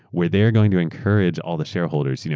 where theyaeurre going to encourage all the shareholders. you know